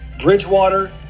Bridgewater